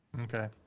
Okay